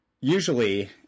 Usually